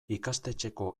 ikastetxeko